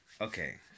okay